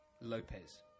Lopez